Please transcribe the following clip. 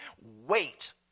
wait